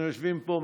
אנחנו יושבים פה,